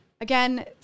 again